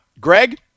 Greg